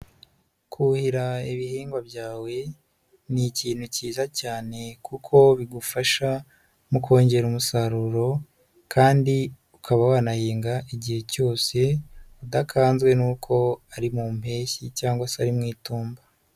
Kuhira ibihingwa byawe ni ikintu cyiza cyane kuko bigufasha mu kongera umusaruro kandi ukaba wanahinga igihe cyose udakanzwe n'uko ari mu mpeshyi cyangwa se ari mu itumba.